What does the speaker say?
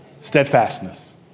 steadfastness